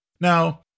Now